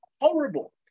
horrible